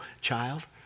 child